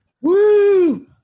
Woo